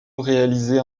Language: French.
réalisée